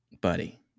Buddy